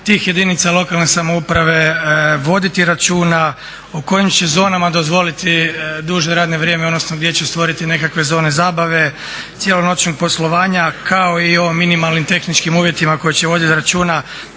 tih jedinica lokalne samouprave voditi računa u kojim će zonama dozvoliti duže radno vrijeme, odnosno gdje će stvoriti nekakve zone zabave, cjelonočnog poslovanja kao i o minimalnim tehničkim uvjetima koji će vodit računa